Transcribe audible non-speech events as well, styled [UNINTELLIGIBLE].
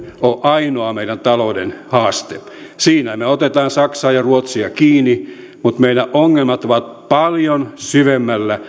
ole ainoa meidän talouden haaste siinä me otamme saksaa ja ruotsia kiinni mutta meidän ongelmat ovat paljon syvemmällä [UNINTELLIGIBLE]